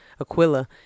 Aquila